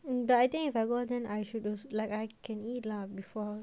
and I think if I go then I shouldn't like I can eat lah before